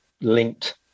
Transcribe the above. linked